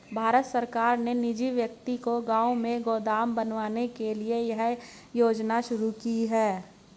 भारत सरकार ने निजी व्यक्ति को गांव में गोदाम बनवाने के लिए यह योजना शुरू की है